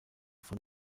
von